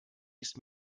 ist